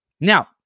Now